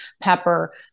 pepper